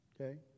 okay